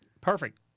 Perfect